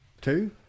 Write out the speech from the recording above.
two